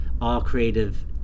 all-creative